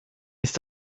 ist